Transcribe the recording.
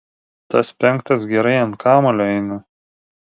tas penktas gerai ant kamuolio eina